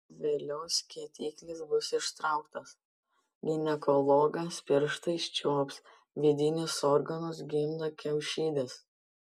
vėliau skėtiklis bus ištrauktas ginekologas pirštais čiuops vidinius organus gimdą kiaušides